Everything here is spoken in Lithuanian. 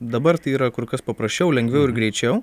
dabar tai yra kur kas paprasčiau lengviau ir greičiau